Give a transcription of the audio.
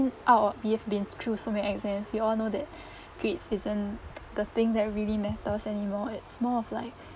out of we have been through so many exams we all know that grade isn't the thing that really matters anymore it's more of like